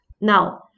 Now